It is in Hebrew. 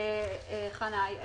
חנה,